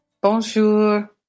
Bonjour